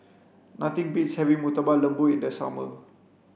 nothing beats having Murtabak Lembu in the summer